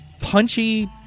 punchy